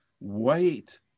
wait